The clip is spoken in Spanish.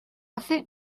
hace